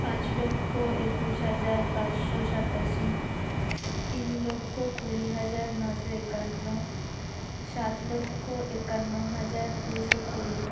পাঁচ লক্ষ একুশ হাজার পাঁচশো সাতাশি তিন লক্ষ কুড়ি হাজার নশো একান্ন সাত লক্ষ একান্ন হাজার দুশো কুড়ি